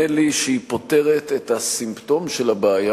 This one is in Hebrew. לי שהיא פותרת את הסימפטום של הבעיה,